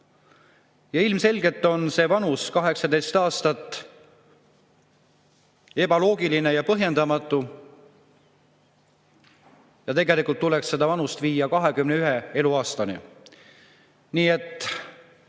Ilmselgelt on see vanus, 18 aastat, ebaloogiline ja põhjendamatu. Tegelikult tuleks see vanusepiir viia 21 eluaastani. Nii et